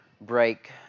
break